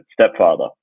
stepfather